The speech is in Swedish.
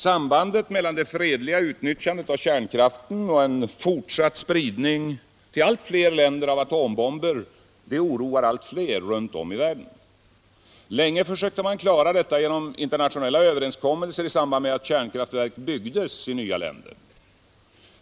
Sambandet mellan det fredliga utnyttjandet av kärnkraften och en fortsatt spridning av atombomber till allt fler länder ororar allt fler människor runt om i världen. Länge försökte man klara detta genom internationella överenskommelser i samband med att kärnkraftverk byggdes i nya länder.